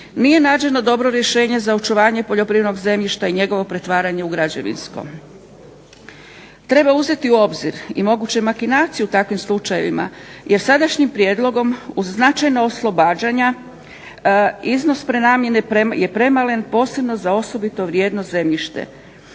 nije nađeno dobro rješenje za očuvanje poljoprivrednog zemljišta i njegovo pretvaranje u građevinsko. Treba uzeti u obzir i moguće makinacije u takvim slučajevima, jer sadašnjim prijedlogom uz značajna oslobađanja iznos prenamjene je premalen posebno za osobito vrijedno zemljište.